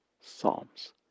Psalms